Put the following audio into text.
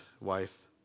wife